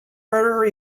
murderer